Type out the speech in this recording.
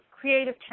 creative